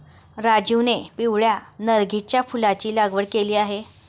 राजीवने पिवळ्या नर्गिसच्या फुलाची लागवड केली आहे